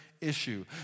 Issue